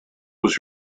was